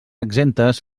exemptes